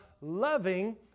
loving